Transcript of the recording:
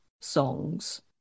songs